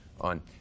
on